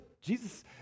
Jesus